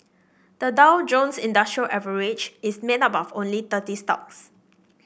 the Dow Jones Industrial Average is made up of only thirty stocks